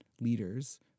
leaders